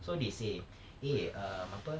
so they say eh um apa